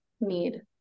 need